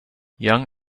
young